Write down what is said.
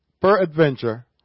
peradventure